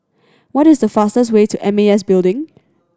what is the fastest way to M A S Building